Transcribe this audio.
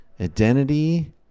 identity